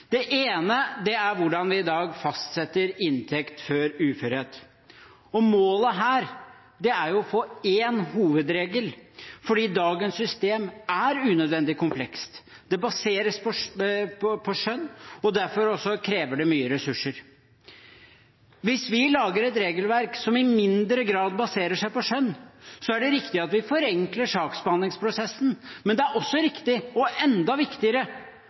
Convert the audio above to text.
Det ene er hvordan vi i dag fastsetter inntekt før uførhet. Målet her er å få én hovedregel, fordi dagens system er unødvendig komplekst. Det baseres på skjønn, og derfor krever det også mye ressurser. Hvis vi lager et regelverk som i mindre grad baserer seg på skjønn, er det riktig at vi forenkler saksbehandlingsprosessen, men det er også riktig og enda viktigere